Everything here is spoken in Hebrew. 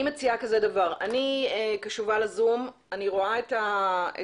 אני קשובה לזום, אני רואה את הצ'ט.